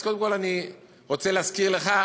אז קודם כול, אני רוצה להזכיר לך,